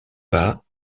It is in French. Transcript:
bas